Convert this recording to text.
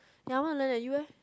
ya I want to learn eh you leh